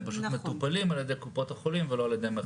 הם פשוט מטופלים על ידי קופות החולים ולא על ידי מערכת הביטחון.